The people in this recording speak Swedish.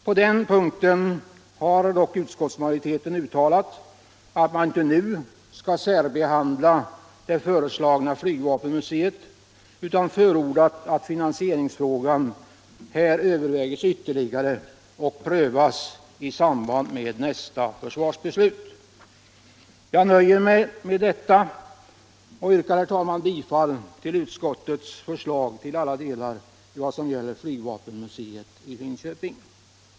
På den punkten har utskottsmajoriteten uttalat att man inte nu skall särbehandla det föreslagna flygvapenmuseet utan förordat att finansieringsfrågan här överväges ytterligare och prövas i samband med nästa försvarsbeslut. Jag nöjer mig med detta och yrkar, herr talman, bifall till utskottets förslag till alla delar i vad som gäller flygvapenmuseet i Linköping.